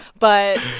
but,